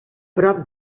prop